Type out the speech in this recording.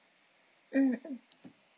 mm mm